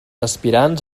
aspirants